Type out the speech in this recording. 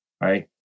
right